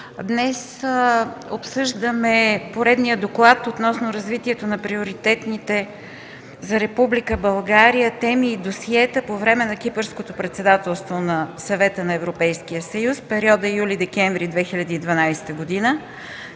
Днес обсъждаме поредния доклад относно развитието на приоритетните за Република България теми и досиета по времето на Кипърското председателство на Съвета на Европейския съюз в периода юли – декември 2012 г.